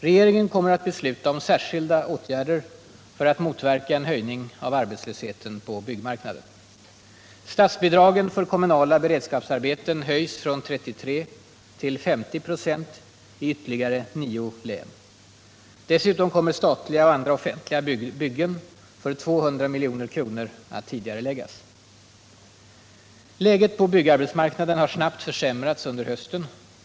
Regeringen kommer att besluta om särskilda åtgärder för att motverka en höjning av arbetslösheten på byggarbetsmarknaden. Statsbidragen för kommunala beredskapsarbeten höjs från 33 till 50 96 i ytterligare nio län. Dessutom kommer statliga och andra offentliga byggen för 200 milj.kr. att tidigareläggas. Läget på byggarbetsmarknaden har snabbt försämrats under hösten.